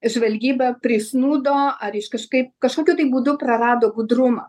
žvalgyba prisnūdo ar iš kažkaip kažkokiu tai būdu prarado budrumą